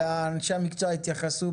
ואנשי המקצוע יתייחסו,